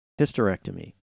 hysterectomy